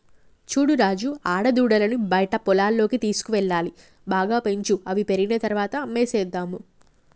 చూడు రాజు ఆడదూడలను బయట పొలాల్లోకి తీసుకువెళ్లాలి బాగా పెంచు అవి పెరిగిన తర్వాత అమ్మేసేద్దాము